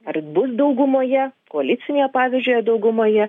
ar bus daugumoje koalicinėje pavyzdžiui daugumoje